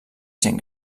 gent